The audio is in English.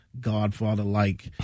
Godfather-like